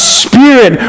spirit